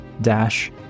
dash